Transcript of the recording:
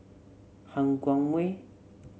Han Guangwei